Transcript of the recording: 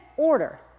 order